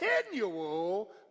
continual